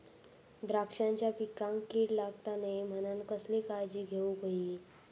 द्राक्षांच्या पिकांक कीड लागता नये म्हणान कसली काळजी घेऊक होई?